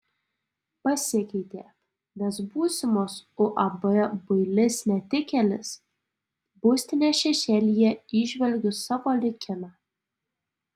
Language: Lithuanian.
pasikeitė nes būsimos uab builis netikėlis būstinės šešėlyje įžvelgiu savo likimą